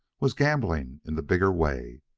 was gambling in the bigger way.